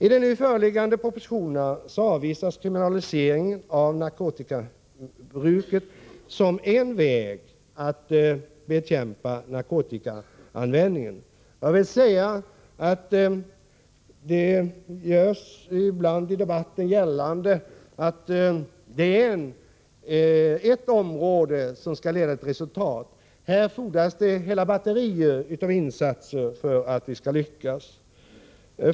I de nu föreliggande propositionerna avvisas kriminaliseringen av narkotikabruket som en väg att bekämpa narkotikaanvändningen. Det görs ibland gällande i debatten att detta är en åtgärd som skall leda till resultat. Här fordras det hela batterier av insatser för att vi skall lyckas.